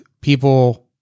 people